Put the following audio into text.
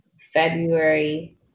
February